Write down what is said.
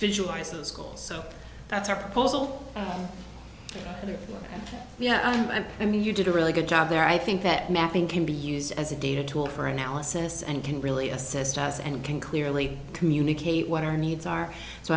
visualizes schools so that's our proposal yeah and you did a really good job there i think that mapping can be used as a data tool for analysis and can really assist us and can clearly communicate what our needs are so